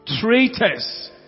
traitors